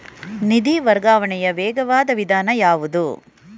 ನಿಧಿ ವರ್ಗಾವಣೆಯ ವೇಗವಾದ ವಿಧಾನ ಯಾವುದು?